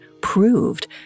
proved